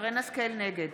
נגד